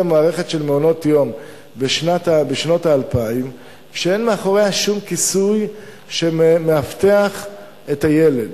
מערכת של מעונות-יום שאין מאחוריה שום כיסוי שמאבטח את הילד.